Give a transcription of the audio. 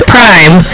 Prime